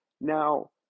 Now